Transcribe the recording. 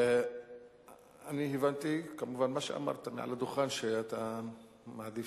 אני הבנתי ממה שאמרת מעל הדוכן שאתה מעדיף